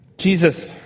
Jesus